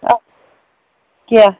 کیٚنٛہہ